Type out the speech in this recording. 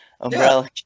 Umbrella